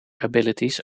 abilities